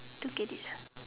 don't get it ah